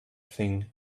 thing